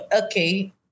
okay